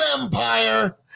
Empire